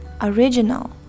original